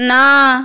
না